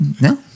No